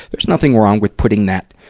there's nothing wrong with putting that,